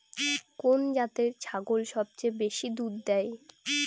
কোন জাতের ছাগল সবচেয়ে বেশি দুধ দেয়?